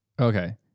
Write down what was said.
Okay